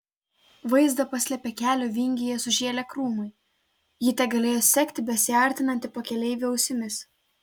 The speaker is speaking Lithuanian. vaizdą paslėpė kelio vingyje sužėlę krūmai ji tegalėjo sekti besiartinantį pakeleivį ausimis